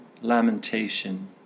lamentation